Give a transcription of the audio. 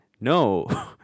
no